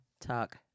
Talk